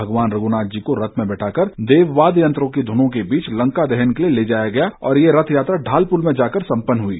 भगवान रघ्नाथ जी को रथ में बिठाकर देव वाद्य यंत्रों की ध्वनों के बीच लंका दहन के लिए ले जाया गया और ये रथ यात्रा ढालपुर में सम्पन्न हुई